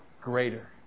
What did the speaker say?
greater